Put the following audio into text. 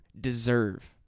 deserve